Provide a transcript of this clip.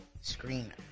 screen